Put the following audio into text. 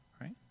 right